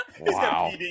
Wow